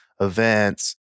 events